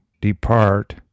Depart